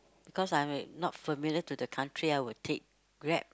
because I'm not familiar to the country I will take Grab